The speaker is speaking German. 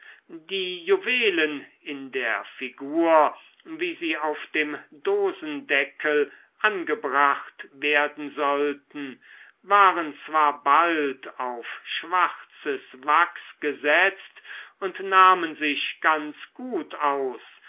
die juwelen in der figur wie sie auf dem dosendeckel angebracht werden sollten waren zwar bald auf schwarzes wachs gesetzt und nahmen sich ganz gut aus